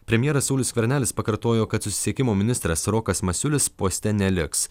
premjeras saulius skvernelis pakartojo kad susisiekimo ministras rokas masiulis poste neliks